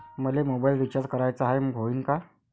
मले mobile recharge कराचा हाय, होईनं का?